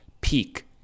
peak